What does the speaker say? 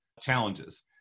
challenges